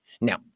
Now